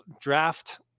draft